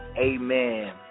amen